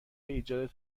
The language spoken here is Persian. ایجاد